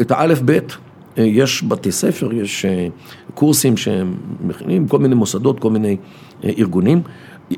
את הא', ב', יש בתי ספר, יש קורסים שהם מכינים, עם כל מיני מוסדות, כל מיני ארגונים.